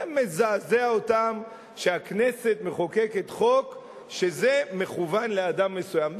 זה מזעזע אותם שהכנסת מחוקקת חוק שמכוון לאדם מסוים.